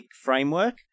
framework